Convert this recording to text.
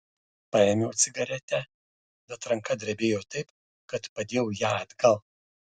paėmiau cigaretę bet ranka drebėjo taip kad padėjau ją atgal